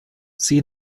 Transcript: sie